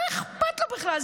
מה אכפת לו בכלל?